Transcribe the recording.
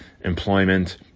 employment